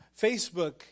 Facebook